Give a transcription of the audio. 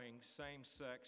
same-sex